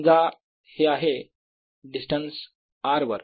समजा हे आहे डिस्टन्स r वर